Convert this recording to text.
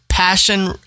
Passion